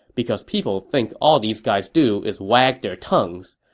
because people think all these guys do is wag their tongues.